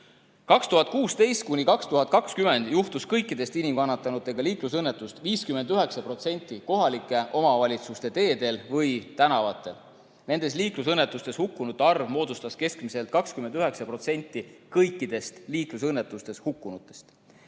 2016–2020 juhtus kõikidest inimkannatanutega liiklusõnnetustest 59% kohalike omavalitsuste teedel või tänavatel. Nendes liiklusõnnetustes hukkunute arv moodustas keskmiselt 29% kõikidest liiklusõnnetustes hukkunutest.